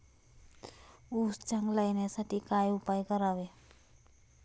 ऊस चांगला येण्यासाठी काय उपाय करावे?